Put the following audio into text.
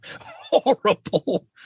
horrible